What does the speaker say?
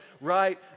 right